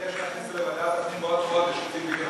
מבקש להכניס את זה לוועדת הפנים בעוד חודש, השר.